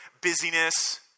busyness